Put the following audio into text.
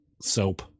soap